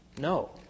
No